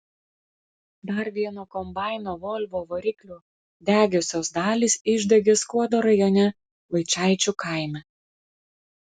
dar vieno kombaino volvo variklio degiosios dalys išdegė skuodo rajone vaičaičių kaime